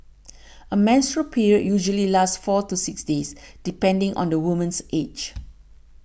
a menstrual period usually lasts four to six days depending on the woman's age